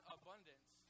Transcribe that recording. abundance